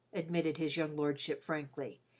admitted his young lordship frankly.